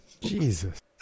Jesus